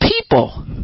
people